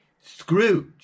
Scrooge